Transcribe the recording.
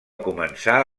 començar